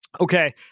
Okay